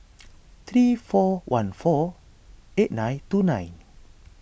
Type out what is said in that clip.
three four one four eight nine two nine